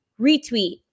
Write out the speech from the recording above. retweet